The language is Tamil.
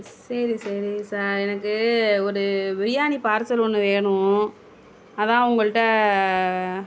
சரி சரி சார் எனக்கு ஒரு பிரியாணி பார்சல் ஒன்று வேணும் அதுதான் உங்கள்கிட்ட